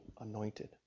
Anointed